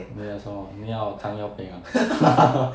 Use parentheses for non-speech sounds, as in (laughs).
你要什么你要糖尿病 ah (laughs)